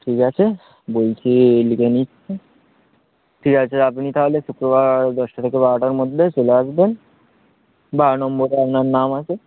ঠিক আছে বলছি লিখে নিচ্ছি ঠিক আছে আপনি তাহলে শুক্রবার দশটা থেকে বারোটার মধ্যে চলে আসবেন বারো নম্বর আপনার নাম আছে